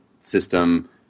system